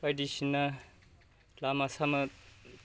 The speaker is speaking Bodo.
बायदिसिना लामा सामा